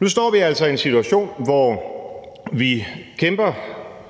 Nu står vi altså i en situation, hvor vi kæmper